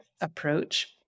approach